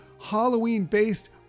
Halloween-based